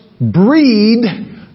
breed